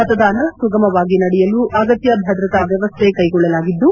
ಮತದಾನ ಸುಗಮವಾಗಿ ನಡೆಯಲು ಅಗತ್ಯ ಭದ್ರತಾ ವ್ವವಸ್ಥೆ ಕೈಗೊಳ್ಳಲಾಗಿದ್ದು